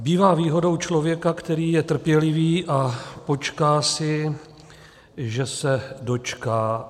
Bývá výhodou člověka, který je trpělivý a počká si, že se dočká.